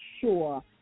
sure